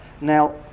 Now